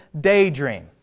daydream